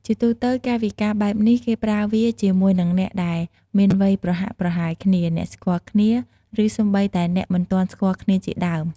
ជាទូទៅ កាយវិការបែបនេះគេប្រើវាជាមួយនឹងអ្នកដែលមានវ័យប្រហាក់ប្រហែលគ្នា អ្នកស្គាល់គ្នា ឬសូម្បីតែអ្នកមិនទាន់ស្គាល់គ្នាជាដើម។